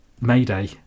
Mayday